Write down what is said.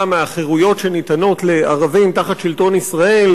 מהחירויות שניתנות לערבים תחת שלטון ישראל